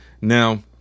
Now